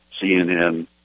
CNN